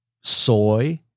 soy